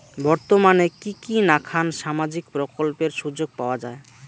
বর্তমানে কি কি নাখান সামাজিক প্রকল্পের সুযোগ পাওয়া যায়?